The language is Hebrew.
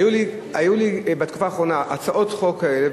היו לי בתקופה האחרונה הצעות חוק כאלה,